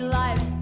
life